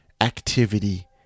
activity